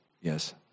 Yes